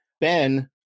Ben